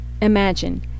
imagine